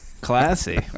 Classy